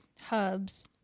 hubs